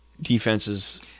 Defenses